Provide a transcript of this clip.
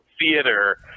theater